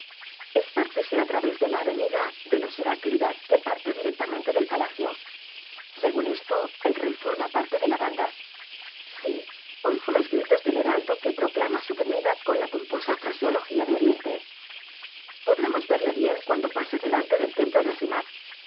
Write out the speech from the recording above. la corriente espárcese á través d e la avenida de los heráclidas que parte directamente del palacio según esto el rey forma p a r t e de la banda sí oigo los gritos del heraldo que proclama su venida con la pomposa fraseología de oriente podremos verle bien cuando pase delante del templo de